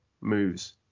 moves